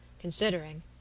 considering